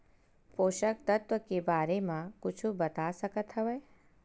पोषक तत्व के बारे मा कुछु बता सकत हवय?